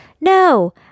no